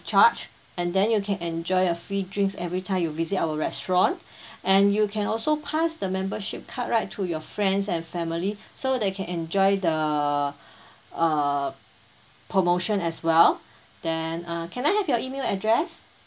charge and then you can enjoy a free drinks every time you visit our restaurant and you can also pass the membership card right to your friends and family so they can enjoy the uh promotion as well then uh can I have your email address